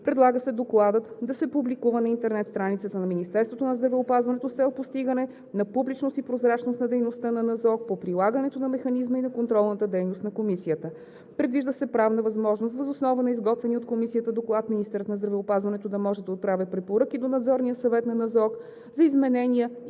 Предлага се докладът да се публикува на интернет страницата на Министерството на здравеопазването с цел постигане на публичност и прозрачност на дейността на НЗОК по прилагането на механизма и на контролната дейност на комисията. Предвижда се правна възможност въз основа на изготвения от комисията доклад министърът на здравеопазването да може да отправя препоръки до Надзорния съвет на НЗОК за изменение